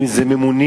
אם זה ממונים,